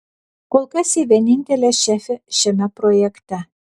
kol kas ji vienintelė šefė šiame projekte